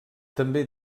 també